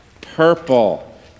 Purple